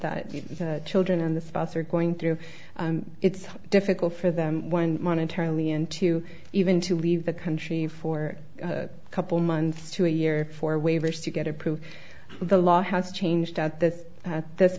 that children and the spouse are going through it's difficult for them monetarily and to even to leave the country for a couple months to a year for waivers to get approved the law has changed at this at this